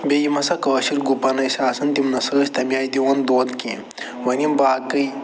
بیٚیہِ یِم ہسا کٲشٕرۍ گُپن ٲسۍ آسان تِم نَہ سا ٲسۍ تَمہِ آیہِ دِوان دۄد کیٚنٛہہ وۄنۍ یِم باقٕے